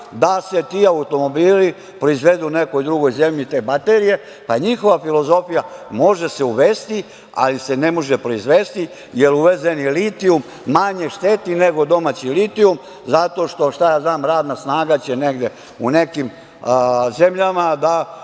da se ti automobili proizvedu u nekoj drugoj zemlji te baterije, a njihova filozofija – može se uvesti, ali se ne može proizvesti, jer uvezeni litijum manje šteti nego domaći litijum zato što, šta ja znam, radna snaga će negde u nekim zemljama da